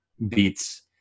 beats